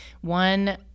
one